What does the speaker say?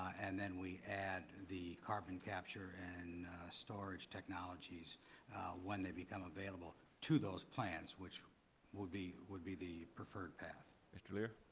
and then we add the carbon capture and storage technologies when they become available to those plants, which would be would be the preferred path. mr. leer.